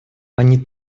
они